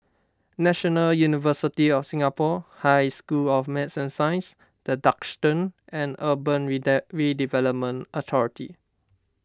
National University of Singapore High School of Math Science the Duxton and Urban Redevelopment Authority